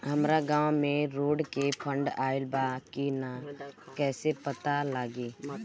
हमरा गांव मे रोड के फन्ड आइल बा कि ना कैसे पता लागि?